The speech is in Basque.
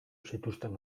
zituzten